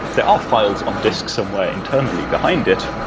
there are files on discs somewhere internally behind it,